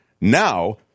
Now